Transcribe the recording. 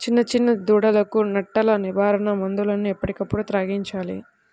చిన్న చిన్న దూడలకు నట్టల నివారణ మందులను ఎప్పటికప్పుడు త్రాగించాలి